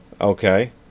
Okay